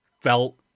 felt